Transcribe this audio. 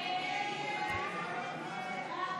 הסתייגות 31 לחלופין ב' לא נתקבלה.